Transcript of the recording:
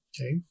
Okay